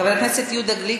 חברי הכנסת יהודה גליק.